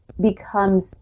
Becomes